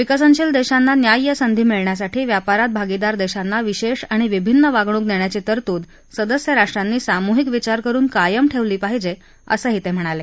विकसनशील देशांना न्याय्य संधी मिळण्यासाठी व्यापारात भागीदार देशांना विशेष आणि विभिन्न वागणूक देण्याची तरतूद सदस्य राष्ट्रांनी सामूहिक विचार करून कायम ठेवली पाहिजे असंही ते म्हणाले